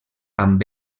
amb